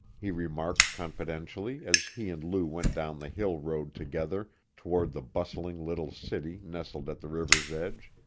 he remarked confidentially as he and lou went down the hill road together toward the bustling little city nestled at the river's edge.